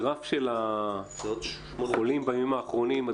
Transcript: הגרף של החולים בימים האחרונים,